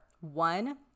one